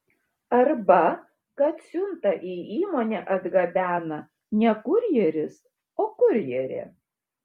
arba kad siuntą į įmonę atgabena ne kurjeris o kurjerė